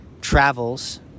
travels